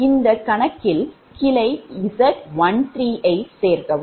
இந்த கணக்கில் கிளை Z13 யை சேர்க்கவும்